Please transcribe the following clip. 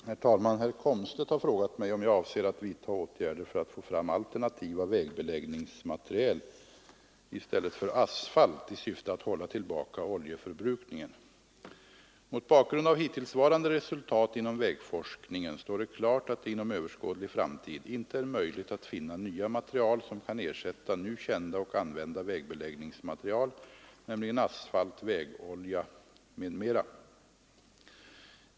Herr talman! Herr Komstedt har frågat mig om jag avser att vidtaga åtgärder för att få fram alternativa vägbeläggningsmaterial i stället för asfalt i syfte att hålla tillbaka oljeförbrukningen. Mot bakgrund av hittillsvarande resultat inom vägforskningen står det klart, att det inom överskådlig framtid inte är möjligt att finna nya material som kan ersätta nu kända och använda vägbeläggningsmaterial, nämligen asfalt, vägolja m.m.